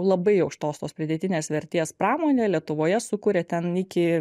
labai aukštos tos pridėtinės vertės pramonė lietuvoje sukuria ten iki